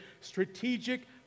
strategic